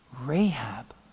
rahab